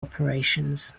operations